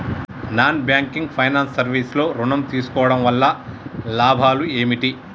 Non banking finance service లో ఋణం తీసుకోవడం వల్ల లాభాలు ఏమిటి?